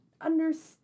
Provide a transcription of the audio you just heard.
understand